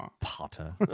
Potter